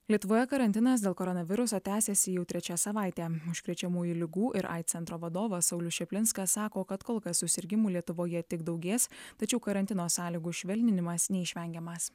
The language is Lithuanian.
lietuvoje karantinas dėl koronaviruso tęsiasi jau trečia savaitė užkrečiamųjų ligų ir aids centro vadovas saulius čaplinskas sako kad kol kas susirgimų lietuvoje tik daugės tačiau karantino sąlygų švelninimas neišvengiamas